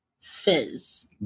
fizz